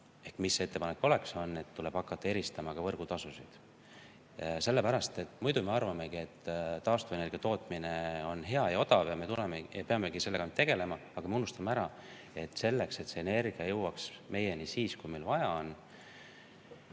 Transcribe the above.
Üks minu ettepanek oleks see, et tuleb hakata eristama ka võrgutasusid. Sellepärast, et muidu me arvamegi, et taastuvenergia tootmine on hea ja odav ja me peame ainult sellega tegelema, aga me unustame ära, et selleks, et see energia jõuaks meieni siis, kui meil vaja on,